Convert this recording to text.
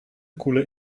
koelen